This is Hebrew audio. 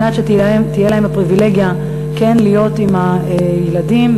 כדי שתהיה להם הפריבילגיה כן להיות עם הילדים,